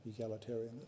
egalitarianism